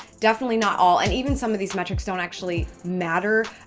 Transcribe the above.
definitely not all, and even some of these metrics don't actually matter,